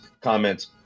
comments